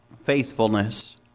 faithfulness